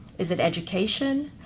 is it education?